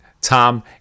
Tom